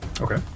Okay